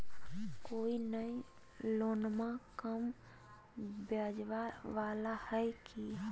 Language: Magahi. कोइ नया लोनमा कम ब्याजवा वाला हय की?